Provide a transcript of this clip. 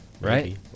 right